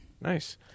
nice